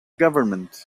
government